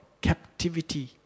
captivity